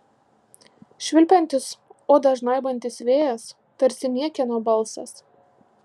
švilpiantis odą žnaibantis vėjas tarsi niekieno balsas